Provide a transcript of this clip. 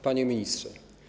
Panie Ministrze!